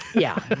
yeah.